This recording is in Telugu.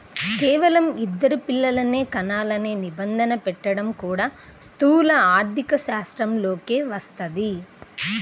కేవలం ఇద్దరు పిల్లలనే కనాలనే నిబంధన పెట్టడం కూడా స్థూల ఆర్థికశాస్త్రంలోకే వస్తది